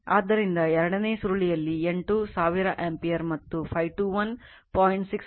ಆದ್ದರಿಂದ ಎರಡನೇ ಸುರುಳಿಯಲ್ಲಿ N2 1000 ಆಂಪಿಯರ್ ಮತ್ತು Φ21 0